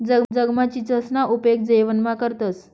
जगमा चीचसना उपेग जेवणमा करतंस